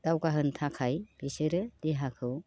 दावगाहोनो थाखाय बिसोरो देहाखौ